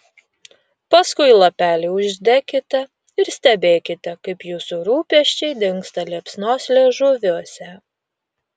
paskui lapelį uždekite ir stebėkite kaip jūsų rūpesčiai dingsta liepsnos liežuviuose